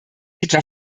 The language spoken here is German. etwa